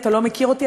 אתה לא מכיר אותי,